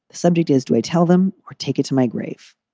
the subject is, do i tell them or take it to my grave?